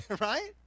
right